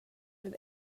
that